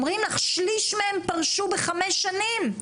אומרים לך שליש מהם פרשו בחמש שנים.